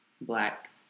black